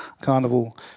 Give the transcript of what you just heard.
Carnival